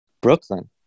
Brooklyn